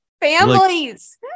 families